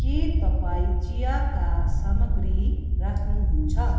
के तपाईँ चियाका सामग्री राख्नुहुन्छ